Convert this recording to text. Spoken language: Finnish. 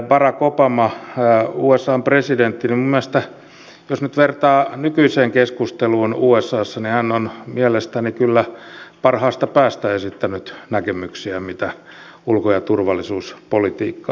barack obama usan presidentti jos nyt vertaa nykyiseen keskusteluun usassa on mielestäni kyllä parhaasta päästä esittänyt näkemyksiä mitä ulko ja turvallisuuspolitiikkaan tulee